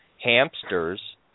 hamsters